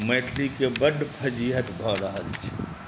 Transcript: मैथिलीके बड्ड फजीहत भऽ रहल छै